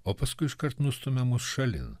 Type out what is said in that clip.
o paskui iškart nustumia mus šalin